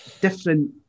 different –